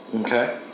Okay